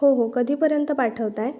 हो हो कधीपर्यंत पाठवताय